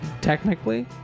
technically